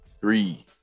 Three